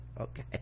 Okay